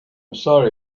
sorry